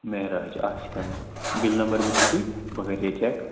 معراج اَکھ second bill number ؤنِو تُہۍ بہٕ کَرٕ یہِ چَک